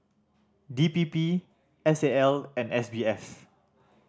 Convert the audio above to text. D P P S A L and S B F